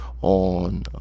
on